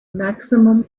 maximum